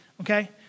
okay